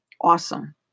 Awesome